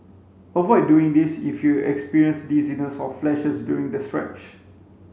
avoid doing this if you experience dizziness or flashes during the stretch